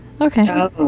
okay